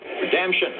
Redemption